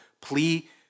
plea